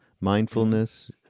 Mindfulness